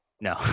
No